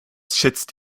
schätzt